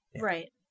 Right